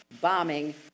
bombing